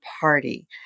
party